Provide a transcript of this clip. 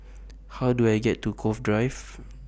How Do I get to Cove Drive